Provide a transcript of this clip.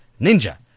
ninja